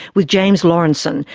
with james laurenceson,